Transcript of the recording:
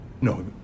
no